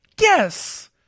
Yes